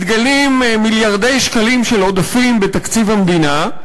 מתגלים מיליארדי שקלים של עודפים בתקציב המדינה,